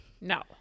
No